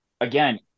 Again